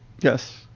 Yes